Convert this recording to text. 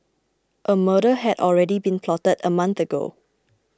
a murder had already been plotted a month ago